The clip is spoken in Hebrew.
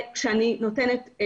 כפי שאמרתי,